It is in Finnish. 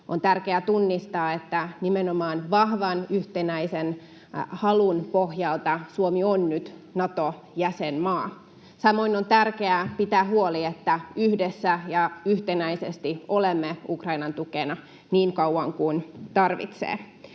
On tärkeää tunnistaa, että nimenomaan vahvan yhtenäisen halun pohjalta Suomi on nyt Nato-jäsenmaa. Samoin on tärkeää pitää huolta, että yhdessä ja yhtenäisesti olemme Ukrainan tukena niin kauan kuin tarvitsee.